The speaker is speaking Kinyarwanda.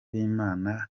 b’imana